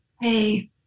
Hey